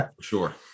sure